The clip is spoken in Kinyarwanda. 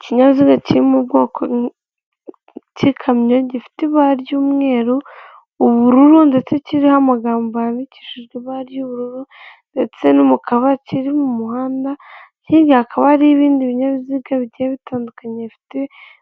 Urujya n'uruza rw'abantu benshi bamwe bambaye udupfukamunwa inyuma yabo hari amaduka iduka rimwe rifite icyapa kinini cy'ubururu cyanditseho Tecno ndetse n'ikindi kiri munsi yayo cyanditseho infinix